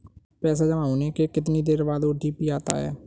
पैसा जमा होने के कितनी देर बाद ओ.टी.पी आता है?